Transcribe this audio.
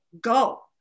go